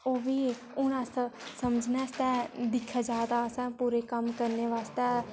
ओह् बी हून अस समझने आस्तै दिक्खेआ जा तां अ'सें पूरे कम्म करने वास्तै